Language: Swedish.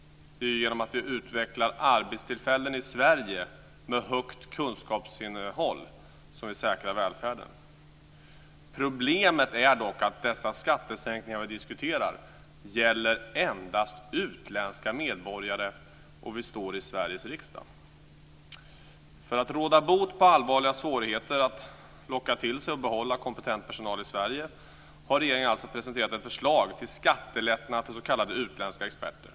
Det är genom att vi utvecklar arbetstillfällen med högt kunskapsinnehåll i Sverige som vi säkrar välfärden. Problemet är dock att de skattesänkningar som vi diskuterar gäller endast utländska medborgare men att vi debatterar dem i Sveriges riksdag. För att råda bot på allvarliga svårigheter med att locka hit och behålla kompetent personal i Sverige har regeringen alltså presenterat ett förslag till skattelättnad för s.k. utländska experter.